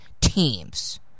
teams